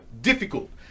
difficult